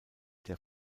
der